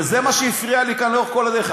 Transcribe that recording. וזה מה שהפריע לי כאן לאורך כל הדרך,